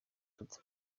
perezida